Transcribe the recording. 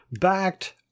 backed